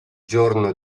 giorno